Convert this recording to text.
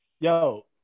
yo